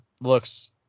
looks